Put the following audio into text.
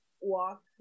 walk